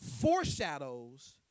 foreshadows